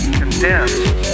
condensed